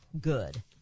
good